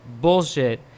bullshit